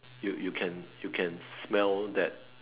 you you can you can smell that